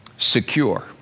Secure